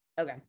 Okay